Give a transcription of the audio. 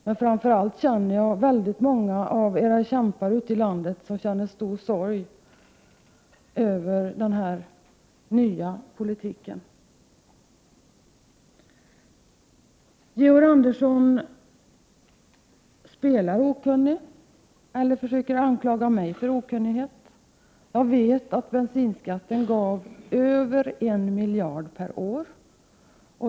Men jag känner framför allt många av era kämpar ute i landet som känner stor sorg över den här nya politiken. Georg Andersson spelar okunnig, eller försöker anklaga mig för okunnighet. Jag vet att bensinskatten gav över en miljard per år.